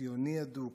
ציוני אדוק,